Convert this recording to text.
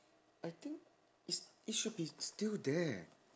I think it s~ it should be still there